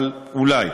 אבל אולי.